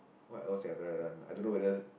what else have I done I dunno whether